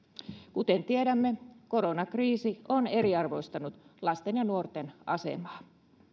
kuten tiedämme koronakriisi on eriarvoistanut lasten ja nuorten asemaa